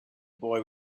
boy